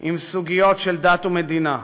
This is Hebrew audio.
עם סוגיות של דת ומדינה.